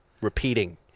repeating